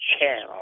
channel